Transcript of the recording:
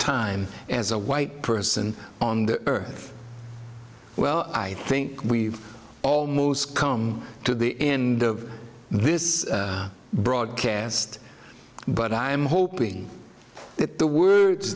time as a white person on the earth well i think we've almost come to the end of this broadcast but i am hoping that the words